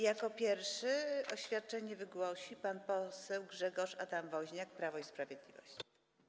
Jako pierwszy oświadczenie wygłosi pan poseł Grzegorz Adam Woźniak, Prawo i Sprawiedliwość.